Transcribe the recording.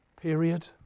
period